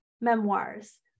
memoirs